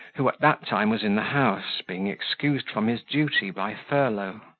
who at that time was in the house, being excused from his duty by furlough.